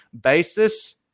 basis